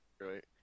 Right